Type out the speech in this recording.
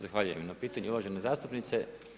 Zahvaljujem na pitanju, uvažena zastupnice.